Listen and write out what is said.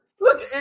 look